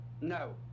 No